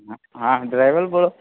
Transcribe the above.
હા હા ડ્રાઇવર બોલો